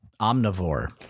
omnivore